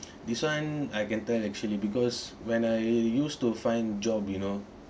this one I can tell actually because when I used to find job you know